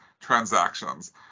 transactions